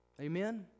Amen